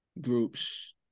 groups